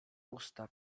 usta